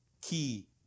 key